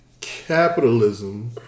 capitalism